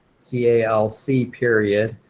c a l c period.